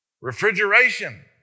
Refrigeration